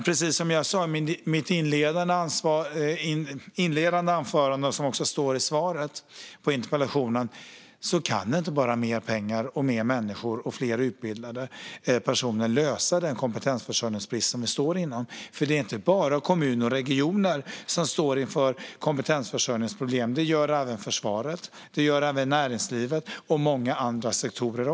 Precis som jag sa i mitt inledande anförande och som det även står i det skriftliga svaret på interpellationen kan inte enbart mer pengar, fler människor och fler utbildade personer lösa den kompetensförsörjningsbrist vi står inför. Det är nämligen inte bara kommuner och regioner som står inför kompetensförsörjningsproblem, utan det gör även försvaret, näringslivet och många andra sektorer.